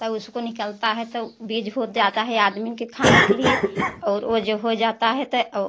तौ उसको निकलता है तो बीज हो जाता है आदमी के खाने के लिए और ओ जो होइ जाता है ते और